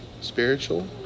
spiritual